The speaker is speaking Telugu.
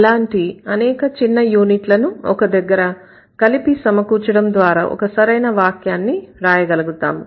అలాంటి అనేక చిన్న యూనిట్లను ఒక దగ్గర కలిపి సమకూర్చడం ద్వారా ఒక సరైన వాక్యాన్ని రాయగలుగుతాము